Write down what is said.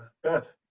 beth?